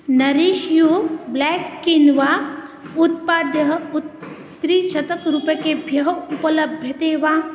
nourish you block किन्वा उत्पाद्यः त्रिशतं रूप्यकेभ्यः उपलभ्यते वा